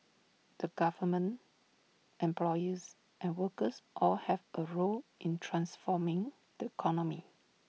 the government employers and workers all have A role in transforming the economy